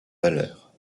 valeur